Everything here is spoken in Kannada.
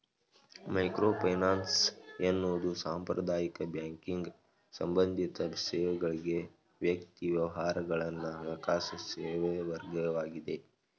ಮೈಕ್ರೋಫೈನಾನ್ಸ್ ಎನ್ನುವುದು ಸಾಂಪ್ರದಾಯಿಕ ಬ್ಯಾಂಕಿಂಗ್ ಸಂಬಂಧಿತ ಸೇವೆಗಳ್ಗೆ ವ್ಯಕ್ತಿ ವ್ಯವಹಾರಗಳನ್ನ ಹಣಕಾಸು ಸೇವೆವರ್ಗವಾಗಿದೆ